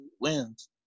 wins